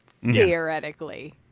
Theoretically